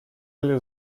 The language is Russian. для